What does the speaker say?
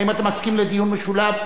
האם אתה מסכים לדיון משולב,